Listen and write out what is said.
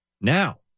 now